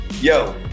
yo